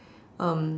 um